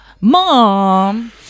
mom